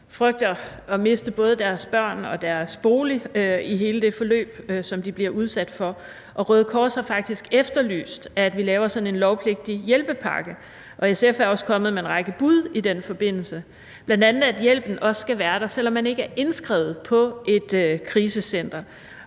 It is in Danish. frygter at miste både deres børn og deres bolig i hele det forløb, som de bliver udsat for. Røde Kors har faktisk efterlyst, at vi laver sådan en lovpligtig hjælpepakke. SF er også kommet med en række bud i den forbindelse, bl.a. at hjælpen også skal være der, selv om man ikke er indskrevet på et krisecenter,